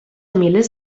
milers